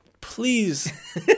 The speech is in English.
Please